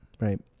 right